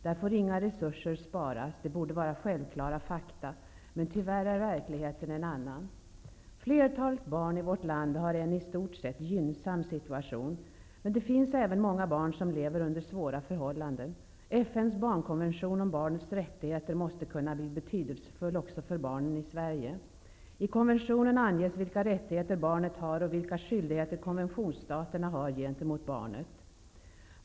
Där får inga resurser sparas. Det borde vara självklara fakta. Tyvärr är verkligheten en annan. Flertalet barn i vårt land har en i stort sett gynnsam situation. Men det finns även många barn som lever under svåra förhållanden. FN:s barnkonvention om barnets rättigheter måste kunna bli betydelsefull också för barnen i Sverige. I konventionen anges vilka rättigheter barnet har och vilka skyldigheter konventionsstaterna har gentemot barnet.